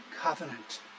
covenant